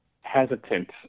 hesitant